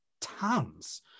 tons